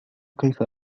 كيف